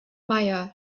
meier